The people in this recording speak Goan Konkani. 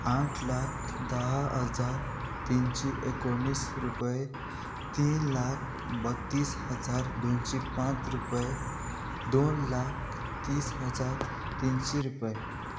आठ लाख दा हजार तिनशी एकोणीस रुपया तीन लाख बत्तीस हजार दोनशी पांच रुपय दोन लाख तीस हजार तिनशी रुपया